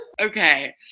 okay